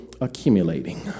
accumulating